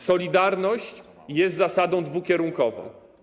Solidarność jest zasadą dwukierunkową.